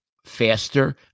faster